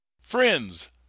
friends